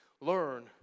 learn